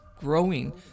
growing